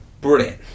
brilliant